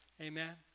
Amen